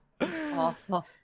awful